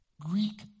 Greek